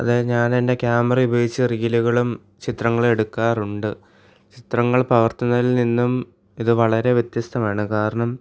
അതായത് ഞാനെൻ്റെ ക്യാമറ ഉപയോഗിച്ചുള്ള റീലുകളും ചിത്രങ്ങളും എടുക്കാറുണ്ട് ചിത്രങ്ങൾ പകർത്തുന്നതിൽ നിന്നും ഇതു വളരെ വ്യത്യസ്തമാണ് കാരണം